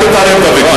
אל תתערב בוויכוח.